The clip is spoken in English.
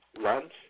Lunch